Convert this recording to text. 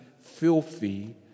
filthy